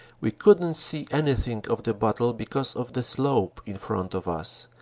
we couldn't see anything of the battle because of the slope in front of us,